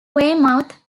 weymouth